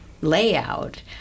layout